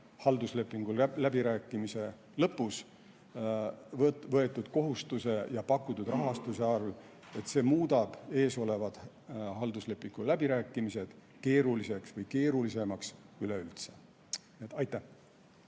halduslepingu läbirääkimise lõpus võetud kohustuse ja pakutud rahastusega, muudab eesolevad halduslepingu läbirääkimised keeruliseks või keerulisemaks üleüldse. Aitäh!